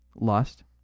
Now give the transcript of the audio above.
lust